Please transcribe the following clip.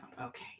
okay